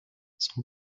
son